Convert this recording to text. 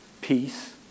Peace